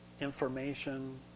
information